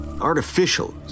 artificial